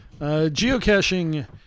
Geocaching